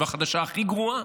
והחדשה הכי גרועה,